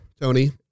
Tony